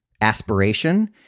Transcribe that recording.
aspiration